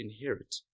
inherit